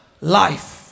life